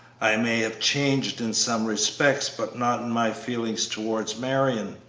i may have changed in some respects, but not in my feelings towards marion.